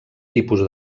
tipus